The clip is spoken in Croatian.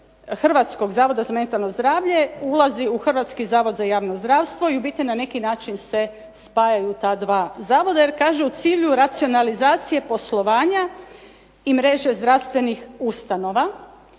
Hrvatskog zavoda za mentalno zdravlje ulazi u Hrvatski zavod za javno zdravstvo i u biti na neki način se spajaju ta dva zakona, jer kaže u cilju racionalizacije poslovanja i mreže zdravstvenih ustanova,